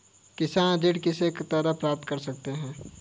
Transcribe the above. किसान ऋण किस तरह प्राप्त कर सकते हैं?